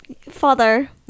Father